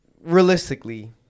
realistically